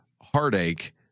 Heartache